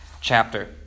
chapter